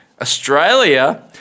Australia